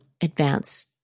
advance